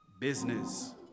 business